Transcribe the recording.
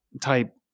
type